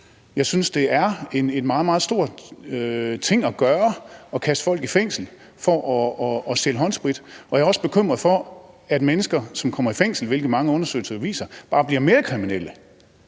Jeg synes, det er en meget, meget stor ting at gøre, altså at kaste folk i fængsel for at stjæle håndsprit, og jeg er også bekymret for, at mennesker, som kommer i fængsel, hvilket mange undersøgelser viser, bare bliver mere kriminelle.